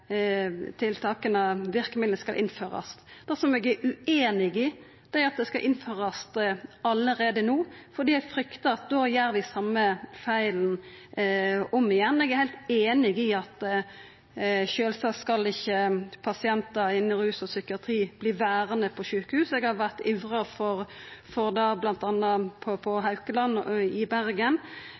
tiltaka og verkemidla skal innførast. Det eg er ueinig i, er at det skal innførast allereie no. Da fryktar eg at vi gjer same feilen om igjen. Eg er heilt einig i at pasientar innan rus og psykiatri sjølvsagt ikkje skal verta verande på sjukehus. Eg har ivra for dette bl.a. på Haukeland i Bergen.